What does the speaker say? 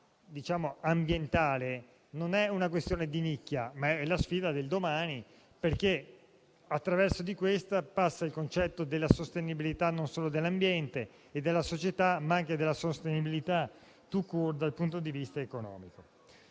ambientale non è una questione di nicchia, ma è la sfida del domani, perché attraverso di essa passa non solo il concetto della sostenibilità dell'ambiente e della società, ma anche quello della sostenibilità *tout court* dal punto di vista economico.